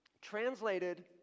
Translated